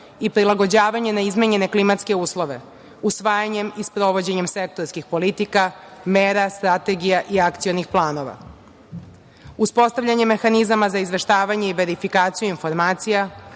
i prilagođavanje na izmenjene klimatske uslove usvajanjem i sprovođenjem sektorskih politika, mera, strategija i akcionih planova. Uspostavljanje mehanizama za izveštavanje i verifikaciju informacija